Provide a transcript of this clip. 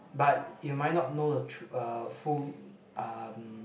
but you might not know the true uh full um